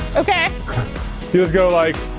okay. you just go like.